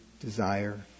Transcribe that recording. desire